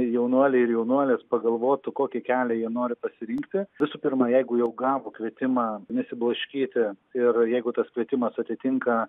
jaunuoliai ir jaunuolės pagalvotų kokį kelią jie nori pasidaryti visų pirma jeigu jau gavo kvietimą nesiblaškyti ir jeigu tas kvietimas atitinka